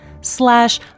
slash